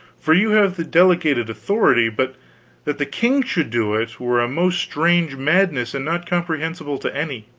for you have the delegated authority, but that the king should do it were a most strange madness and not comprehensible to any.